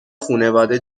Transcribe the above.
خونواده